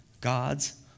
God's